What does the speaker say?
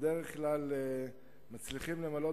בדרך כלל אנחנו מצליחים למלא,